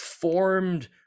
formed